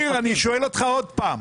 אמיר, אני שואל אותך עוד פעם.